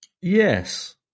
Yes